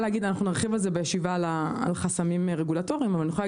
נרחיב בדיון על אודות חסמים רגולטוריים אבל אני יכולה